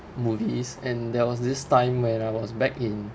movies and there was this time when I was back in